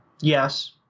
Yes